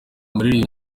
muririmbyi